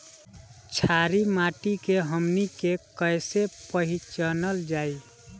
छारी माटी के हमनी के कैसे पहिचनल जाइ?